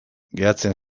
geratzen